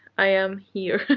i am here.